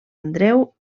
andreu